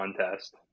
contest